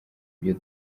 ibyo